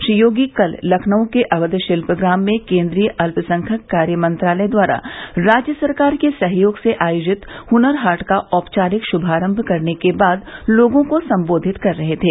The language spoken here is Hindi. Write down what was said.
श्री योगी कल लखनऊ के अवध शिल्पग्राम में केन्द्रीय अल्पसंख्यक कार्य मंत्रलालय द्वारा राज्य सरकार के सहयोग से आयोजित हनर हाट का औपचारिक श्भारम्भ करने के बाद लोगों को संबोधित कर रहे थे